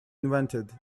invented